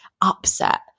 upset